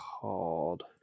called